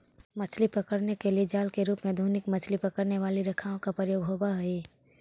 मछली पकड़ने के लिए जाल के रूप में आधुनिक मछली पकड़ने वाली रेखाओं का प्रयोग होवअ हई